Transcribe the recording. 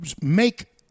make